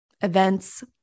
events